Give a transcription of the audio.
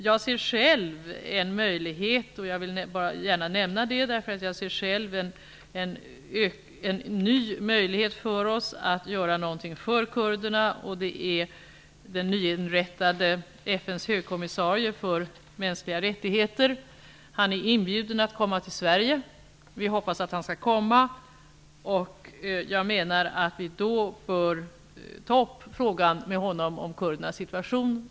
Jag ser själv en ny möjlighet för oss, och jag vill gärna nämna det, att göra någonting för kurderna. Det är den nytillsatta FN:s högkommissarie för mänskliga rättigheter. Kommissarien är inbjuden att komma till Sverige. Vi hoppas att han skall komma. Då bör vi ta upp med honom frågan om kurdernas situation.